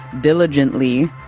diligently